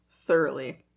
thoroughly